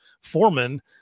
foreman